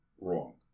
wrong